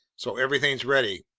so everything's ready.